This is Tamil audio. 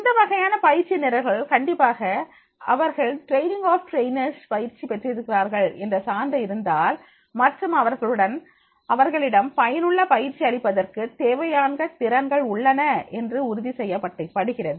இந்த வகையான பயிற்சி நிரல்கள் கண்டிப்பாக அவர்கள் ட்ரெய்னிங் ஆஃப் டிரெய்னர்ஸ் பயிற்சி பெற்றிருக்கிறார்கள் என்ற சான்று இருந்தால் மற்றும் அவர்களிடம் பயனுள்ள பயிற்சி அளிப்பதற்கு தேவையான திறன்கள் உள்ளன என்று உறுதி செய்யப்படுகிறது